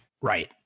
Right